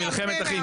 "מלחמת אחים".